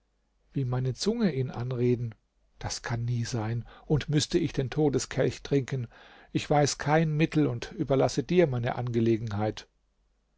wie meine zunge ihn anreden das kann nie sein und müßte ich den todeskelch trinken ich weiß kein mittel und überlasse dir meine angelegenheit